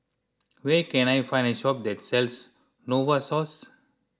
where can I find a shop that sells Novosource